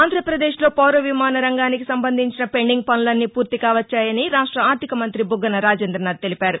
ఆంధ్రాపదేశ్ లో పౌరవిమాన రంగానికి సంబంధించిన పెండింగ్ పనులన్నీ పూర్తి కావచ్చాయని రాష్ట ఆర్థిక మంతి బుగ్గన రాజేంద్రనాధ్ తెలిపారు